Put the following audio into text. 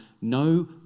no